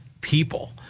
People